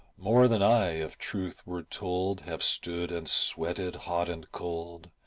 more than i, if truth were told, have stood and sweated hot and cold,